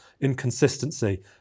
inconsistency